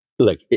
Look